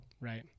right